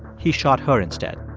he shot her instead.